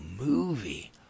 movie